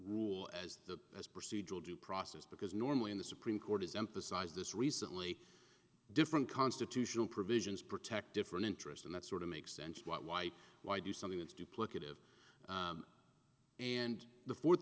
rule as the procedural due process because normally in the supreme court has emphasized this recently different constitutional provisions protect different interests and that sort of makes sense why why do something it's duplicative and the fourth